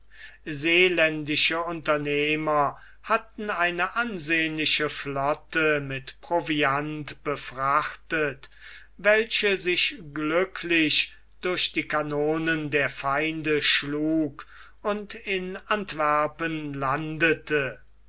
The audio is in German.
seeländische unternehmer hatten eine ansehnliche flotte mit proviant befrachtet welche sich glücklich durch die kanonen der feinde schlug und in antwerpen landete